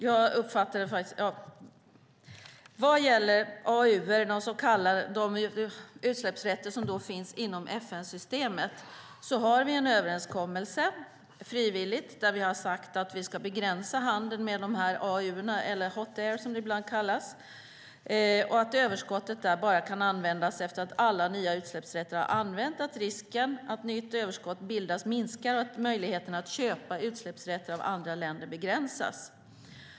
Vad gäller de så kallade AAU:erna - de utsläppsrätter som finns inom FN-systemet - har vi en frivillig överenskommelse. Vi har sagt att vi ska begränsa handeln med AAU:erna, eller hot air som de ibland kallas, att överskottet där bara kan användas efter att alla nya utsläppsrätter har använts, att risken att nytt överskott bildas minskar och att möjligheterna att köpa utsläppsrätter av andra länder begränsas.